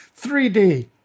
3D